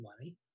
money